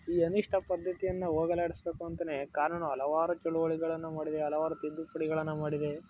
ಈ ಅನಿಷ್ಠ ಪದ್ದತಿಯನ್ನು ಹೋಗಲಾಡಿಸ್ಬೇಕು ಅಂತ ಕಾನೂನು ಹಲವಾರು ಚಳುವಳಿಗಳನ್ನು ಮಾಡಿದೆ ಹಲವಾರು ತಿದ್ದುಪಡಿಗಳನ್ನು ಮಾಡಿದೆ